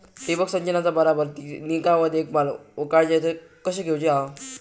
ठिबक संचाचा बराबर ती निगा व देखभाल व काळजी कशी घेऊची हा?